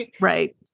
Right